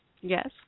Yes